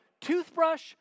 toothbrush